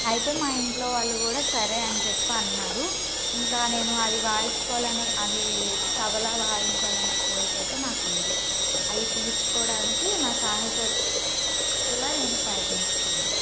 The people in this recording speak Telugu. అయితే మా ఇంట్లో వాళ్ళు కూడా సరే అని చెప్పి అన్నారు ఇంకా నేను అది వాయించుకోవాలని అది తబలా వాయించాలని కోరిక అయితే నాకు ఉంది అది తీర్చుకోవడానికి నా శాయశక్తుల నేను ప్రయత్నిస్తాను